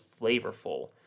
flavorful